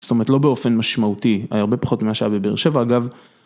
זאת אומרת, לא באופן משמעותי, היה הרבה פחות ממה שהיה בבאר שבע, אגב.